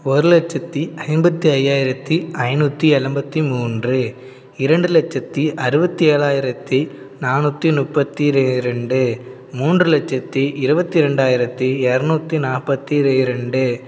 ஒரு லட்சத்தி ஐம்பத்தி ஐய்யாயிரத்தி ஐநூற்றி எழும்பத்தி மூன்று இரண்டு லட்சத்தி அறுபத்தி ஏழாயிரத்தி நானூற்றி முப்பத்தி ரெ ரெண்டு மூன்று லட்சத்தி இருபத்தி ரெண்டாயிரத்தி இரநூத்தி நாற்பத்தி இரண்டு